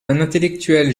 intellectuel